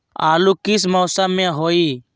आलू किस मौसम में होई?